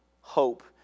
hope